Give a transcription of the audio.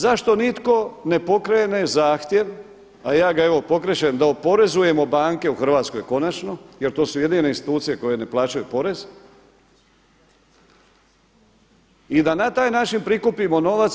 Zašto nitko ne pokrene zahtjev, a ja ga evo pokrećem da oporezujemo banke u Hrvatskoj konačno, jer to su jedine institucije koje ne plaćaju porez i da na taj način prikupimo novac.